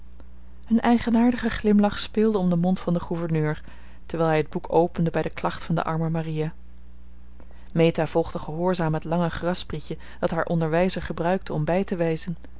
een eigenaardige glimlach speelde om den mond van den gouverneur terwijl hij het boek opende bij de klacht van de arme maria meta volgde gehoorzaam het lange grassprietje dat haar onderwijzer gebruikte om bij te wijzen